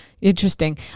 Interesting